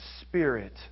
spirit